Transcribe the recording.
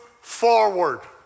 forward